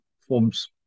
forms